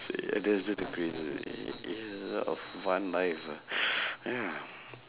so ya that's that's the craziest eh ya oh f~ fun life ah ya